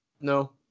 No